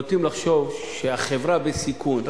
נוטים לחשוב שהחברה בסיכון,